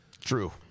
True